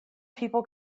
people